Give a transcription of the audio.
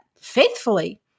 faithfully